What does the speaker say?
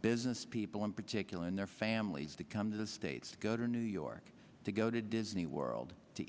business people in particular in their families to come to the states go to new york to go to disney world to